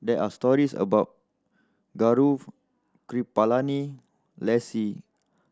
there are stories about Gaurav Kripalani Leslie